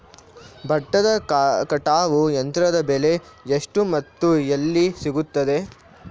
ಭತ್ತದ ಕಟಾವು ಯಂತ್ರದ ಬೆಲೆ ಎಷ್ಟು ಮತ್ತು ಎಲ್ಲಿ ಸಿಗುತ್ತದೆ?